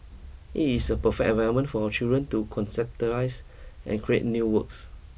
it is a perfect environment for our children to conceptualise and create new works